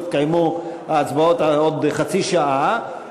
יתקיימו ההצבעות בעוד חצי שעה,